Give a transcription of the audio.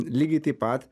lygiai taip pat